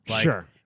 Sure